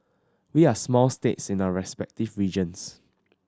we are small states in our respective regions